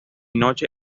noche